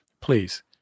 Please